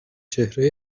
چهره